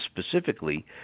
specifically